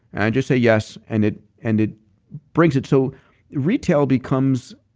i just say yes and it and it brings it. so retail, becomes